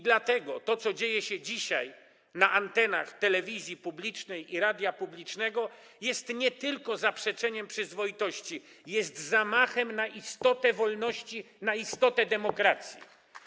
Dlatego to, co dzieje się dzisiaj na antenach telewizji publicznej i radia publicznego jest nie tylko zaprzeczeniem przyzwoitości, jest zamachem na istotę wolności, na istotę demokracji.